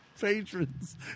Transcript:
patrons